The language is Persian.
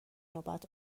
نوبت